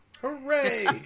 Hooray